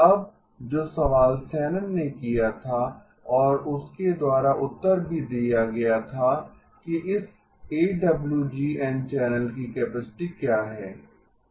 अब जो सवाल शैनन ने किया था और उसके द्वारा उत्तर भी दिया गया था कि इस एडब्लूजीएन चैनल की कैपेसिटी क्या है